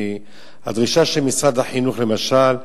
כי הדרישה של משרד החינוך היא, למשל,